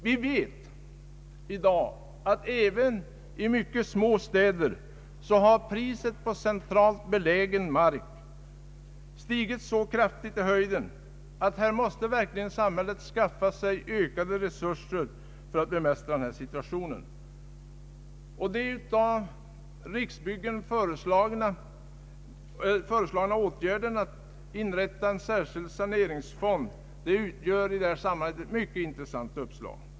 Vi vet i dag att även i mycket små städer har priset på centralt belägna saneringsfastigheter stigit så kraftigt i höjden att här måste verkligen samhället skaffa sig ökade resurser för att bemästra situationen. Den av Riksbyggen föreslagna särskilda saneringsfonden utgör i sammanhanget ett mycket intressant uppslag.